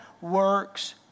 works